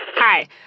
Hi